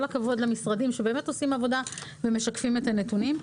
עם כל הכבוד למשרדים שבאמת עושים עבודה ומשקפים את הנתונים.